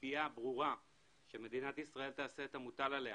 בציפייה ברורה שמדינת ישראל תעשה את המוטל עליה